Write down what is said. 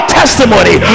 testimony